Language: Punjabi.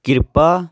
ਕਿਰਪਾ